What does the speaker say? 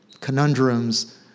conundrums